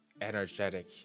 energetic